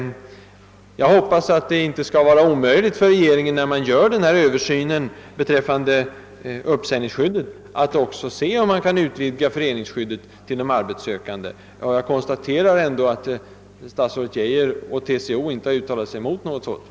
Jag hoppas att det inte skall vara omöjligt för regeringen att vid översynen av uppsägningsskyddet också undersöka, om <föreningsrättsskyddet kan utvidgas till arbetssökande. Jag konstaterar att statsrådet Geijer och TCO inte har uttalat sig emot detta.